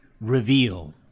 reveal